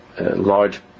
large